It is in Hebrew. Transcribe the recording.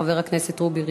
חבר הכנסת רובי ריבלין.